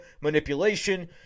manipulation